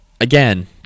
again